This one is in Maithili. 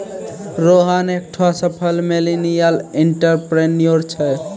रोहन एकठो सफल मिलेनियल एंटरप्रेन्योर छै